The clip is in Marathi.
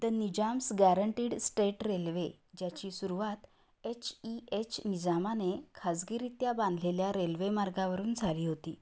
the Nizam's guaranteed state railway ज्याची सुरवात एच ई एच निजामाने खाजगीरीत्या बांधलेल्या रेल्वेमार्गावरून झाली होती